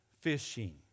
fishing